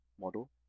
model